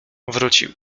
wrócił